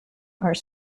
are